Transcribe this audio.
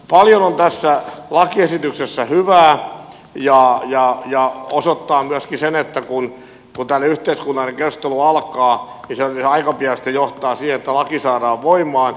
paljon on tässä lakiesityksessä hyvää ja se osoittaa myöskin sen että kun tällainen yhteiskunnallinen keskustelu alkaa niin se aika pian sitten johtaa siihen että laki saadaan voimaan